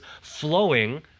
flowing